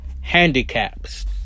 handicaps